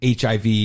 HIV